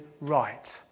right